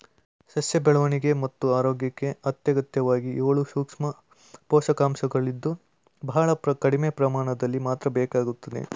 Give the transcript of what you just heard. ಸಸ್ಯ ಬೆಳವಣಿಗೆ ಮತ್ತು ಆರೋಗ್ಯಕ್ಕೆ ಅತ್ಯಗತ್ಯವಾಗಿ ಏಳು ಸೂಕ್ಷ್ಮ ಪೋಷಕಾಂಶಗಳಿದ್ದು ಬಹಳ ಕಡಿಮೆ ಪ್ರಮಾಣದಲ್ಲಿ ಮಾತ್ರ ಬೇಕಾಗ್ತದೆ